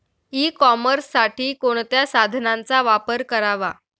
E कॉमर्ससाठी कोणत्या साधनांचा वापर करावा?